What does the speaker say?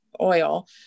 oil